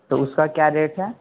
تو اس کا کیا ریٹ ہے